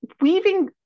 weaving